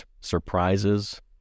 surprises